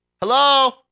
Hello